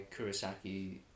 Kurosaki